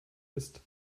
ist